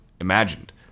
imagined